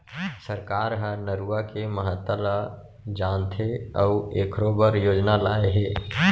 सरकार ह नरूवा के महता ल जानथे अउ एखरो बर योजना लाए हे